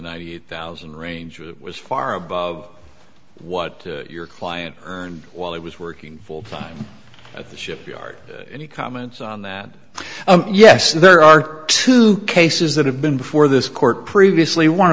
one thousand range was far above what your client earned while he was working full time at the shipyard any comments on that yes there are two cases that have been before this court previously one